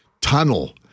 tunnel